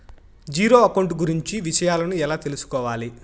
Zero account కు గురించి విషయాలను ఎలా తెలుసుకోవాలి?